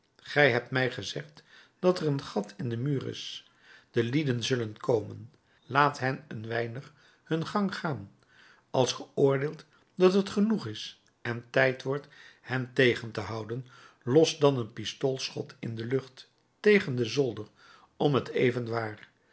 gij hebt mij gezegd dat er een gat in den muur is de lieden zullen komen laat hen een weinig hun gang gaan als ge oordeelt dat het genoeg is en tijd wordt hen tegen te houden los dan een pistoolschot in de lucht tegen den zolder om t even